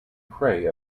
prey